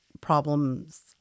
problems